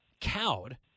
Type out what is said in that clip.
cowed